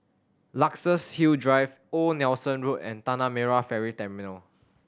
Luxus Hill Drive Old Nelson Road and Tanah Merah Ferry Terminal